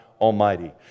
Almighty